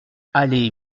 allée